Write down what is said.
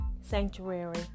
sanctuary